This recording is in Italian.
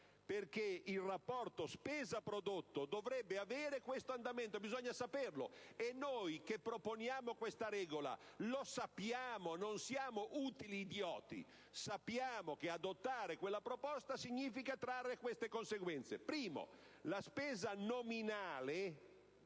perché il rapporto tra spesa e prodotto dovrebbe avere questo andamento. Bisogna saperlo, e noi che proponiamo questa regola lo sappiamo, non siamo utili idioti: sappiamo che adottare quella proposta significa trarre queste conseguenze. In primo luogo, la spesa pubblica